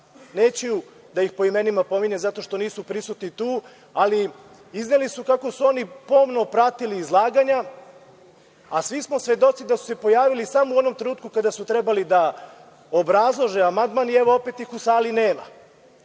Neću da ih po imenima pominjem zato što nisu prisutni tu, ali izneli su kako su oni pomno pratili izlaganja, a svi smo svedoci da su se pojavili samo onog trenutka kada su trebali da obrazlože amandman i opet ih u sali nema.